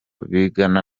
bigana